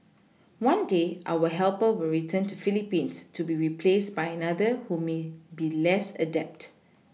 one day our helper will return to PhilipPines to be replaced by another who may be less adept